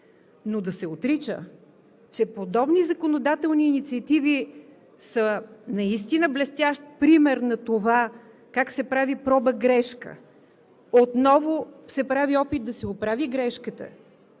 Но да се отрича, че подобни законодателни инициативи са наистина блестящ пример на това как се прави проба – грешка, прави се опит да се оправи грешката,